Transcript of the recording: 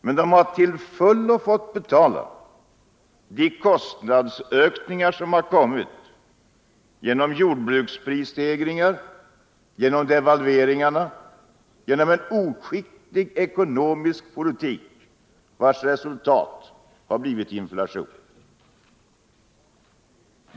Men de har till fullo fått betala de kostnadsökningar som har kommit genom jordbruksprisstegringar, genom devalveringar, genom en oskicklig ekonomisk politik, vars resultat har blivit inflation.